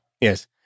Yes